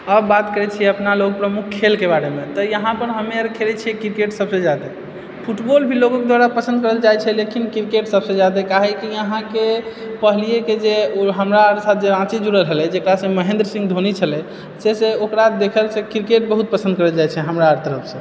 अब बात करैछी अपनालोग प्रमुख खेलके बारेमे तऽ यहाँपर हमरारी खेलए छिऐ क्रिकेट सबसँ जादा फुटबॉल भी लोगोकेँ द्वारा पसन्द करल जाइछेै लेकिन क्रिकेट सबसे जादा काहेकि यहाँके पहिलेके जे हमरा अर्थक राँची जुड़ल छले जेकरासे महेन्द्र सिंह धोनी छलै हँ से से ओकरा देखल छै कि क्रिकेट बहुत पसन्द करल जायछेै हमरा आर तरफसँ